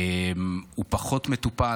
הוא פחות מטופל,